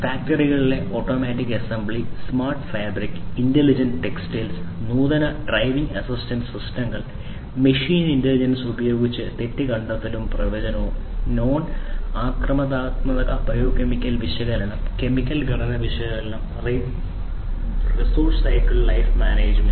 ഫാക്ടറികളിലെ automatic assembly smart fabric intelligent textiles നൂതന driving assistant സിസ്റ്റങ്ങൾ machine intelligence ഉപയോഗിച്ച് തെറ്റ് കണ്ടെത്തലും പ്രവചനവും നോൺ ആക്രമണാത്മക ബയോമെക്കാനിക്കൽ വിശകലനം കെമിക്കൽ ഘടക വിശകലനം റിസോഴ്സ് ലൈഫ് സൈക്കിൾ മാനേജ്മെന്റ്